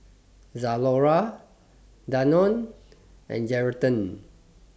Zalora Danone and Geraldton